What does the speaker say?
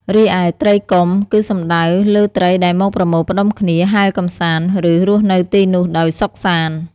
រីឯ ត្រីកុំ គឺសំដៅលើត្រីដែលមកប្រមូលផ្ដុំគ្នា ហែលកម្សាន្ត ឬរស់នៅទីនោះដោយសុខសាន្ត។